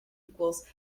equals